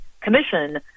commission